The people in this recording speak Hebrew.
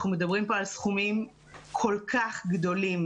אנחנו מדברים פה על סכומים כל כך גדולים.